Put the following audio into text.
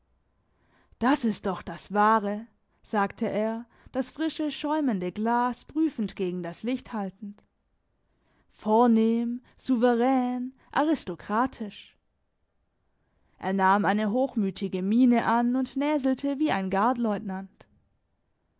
das ist doch das wahre sagte er das frische schäumende glas prüfend gegen das licht haltend vornehm souverän aristokratisch er nahm eine hochmütige miene an und näselte wie ein